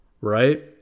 right